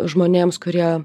žmonėms kurie